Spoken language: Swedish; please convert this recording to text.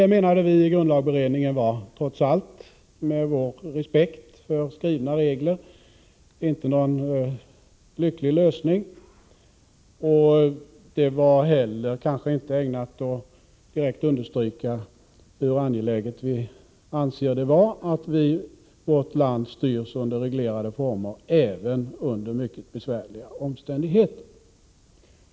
Detta ansåg vi i grundlagberedningen, med vår respekt för skrivna regler, inte vara någon lycklig lösning. Det skulle inte vara ägnat att understryka hur angeläget vi ansåg det vara att vårt land styrs under reglerade former även under mycket besvärliga omständigheter.